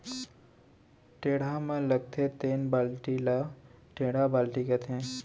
टेड़ा म लगथे तेन बाल्टी ल टेंड़ा बाल्टी कथें